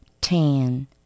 ten